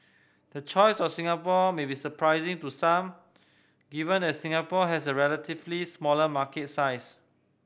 the choice of Singapore may be surprising to some given that Singapore has a relatively smaller market size